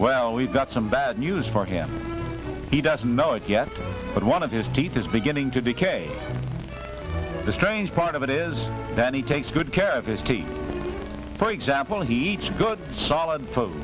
well we've got some bad news for him he doesn't know it yet but one of his teeth is beginning to decay the strange part of it is that he takes good care of his cage for example he eats good solid for